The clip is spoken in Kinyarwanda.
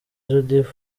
judith